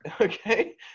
Okay